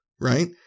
right